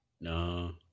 No